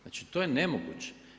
Znači to je nemoguće.